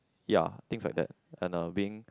ya things like that and uh being